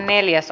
asia